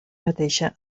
mateixa